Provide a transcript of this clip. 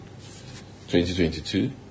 2022